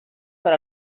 per